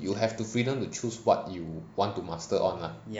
you have the freedom to choose what you want to master on lah